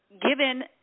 given